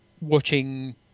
watching